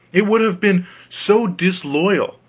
it would have been so disloyal,